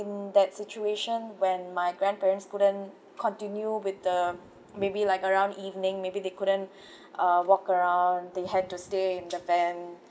in that situation when my grandparents couldn't continue with the maybe like around evening maybe they couldn't uh walk around they had to stay in the van